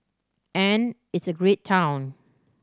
and it's a great town